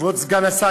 כבוד סגן השר,